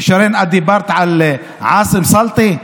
ושרן, את דיברת על עאסם סלטי.